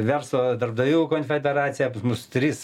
verslo darbdavių konfederacija pas mus tris